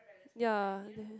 ya they